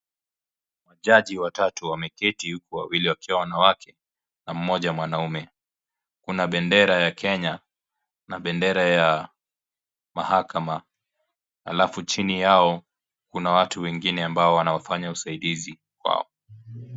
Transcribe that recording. Wajaji watatu wameketi wawili wakiwa wanawake na mmoja mwanaume. Kuna bendera ya Kenya na bendera ya mahakama, halafu chini yao kuna watu wengine ambao wanaofanya usaidizi wao.